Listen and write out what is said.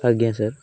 ଆଜ୍ଞା ସାର୍